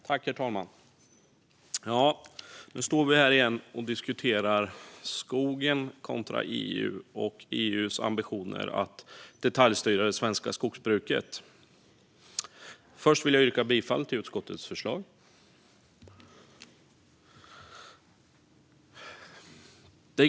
Herr talman! Ja, nu står vi här igen och diskuterar skogen kontra EU och EU:s ambitioner att detaljstyra det svenska skogsbruket. Först vill jag yrka bifall till utskottets förslag.